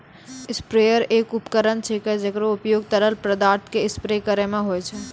sprayer एक उपकरण छिकै, जेकरो उपयोग तरल पदार्थो क स्प्रे करै म होय छै